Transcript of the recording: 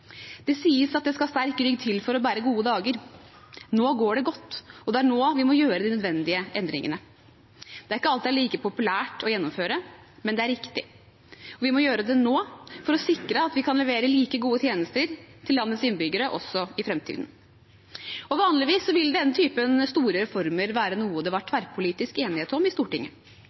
Det sies at det skal sterk rygg til for å bære gode dager. Nå går det godt, og det er nå vi må gjøre de nødvendige endringene. Det er ikke alt det er like populært å gjennomføre, men det er riktig. Og vi må gjøre det nå for å sikre at vi kan levere like gode tjenester til landets innbyggere også i framtiden. Vanligvis ville denne typen store reformer være noe det var tverrpolitisk enighet om i Stortinget.